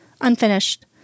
unfinished